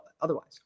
otherwise